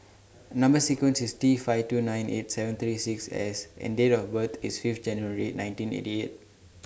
Number sequence IS T five two nine eight seven three six S and Date of birth IS five January nineteen eighty eight